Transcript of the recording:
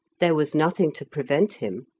there was nothing to prevent him.